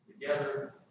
together